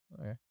okay